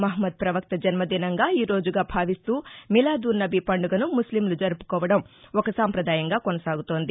మహ్నద్ పవక్త జన్నదినంగా ఈ రోజుగా భావిస్తూ మిలాద్ ఉన్ నబి పండుగను ముస్లింలు జరుపుకోవడం ఒక సాంప్రదాయంగా కొనసాగుతోంది